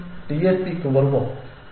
மீண்டும் TSPக்கு வருவோம்